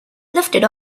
lifted